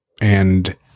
and-